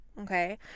okay